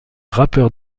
rappeurs